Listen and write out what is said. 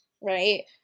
right